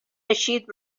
eixit